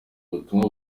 butumwa